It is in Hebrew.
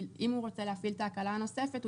אם הוא רוצה להפעיל את ההקלה הנוספת,